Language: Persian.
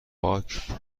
باک